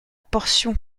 portion